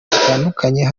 batandukanye